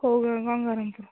କେଉଁ କ'ଣ କରନ୍ତୁ